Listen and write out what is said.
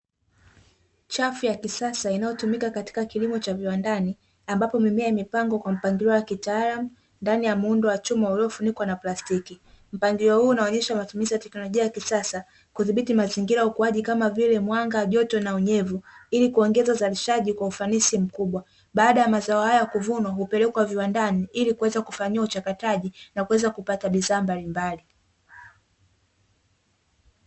Chafu ya kisasa inayotumika katika kilimo cha viwandani, ambapo mimea imepangwa kwa mpangilio wa kitaalamu ndani ya muundo wa chuma uliofunikwa na plastiki, mpangilio huu unaonyesha matumizi ya teknolojia ya kisasa kudhibiti mazingira ukuaji kama vile mwanga joto na unyevu ili kuongeza uzalishaji kwa ufanisi mkubwa baada ya mazao haya kuvunwa, hupelekwa viwandani ili kuweza kufanyiwa mchakato na kuweza kupata bidhha mbalimbali.